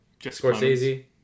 scorsese